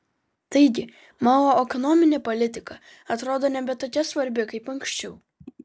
taigi mao ekonominė politika atrodo nebe tokia svarbi kaip anksčiau